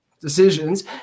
decisions